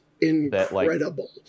incredible